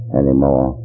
anymore